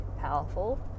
powerful